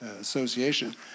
association